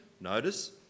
notice